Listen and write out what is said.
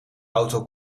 auto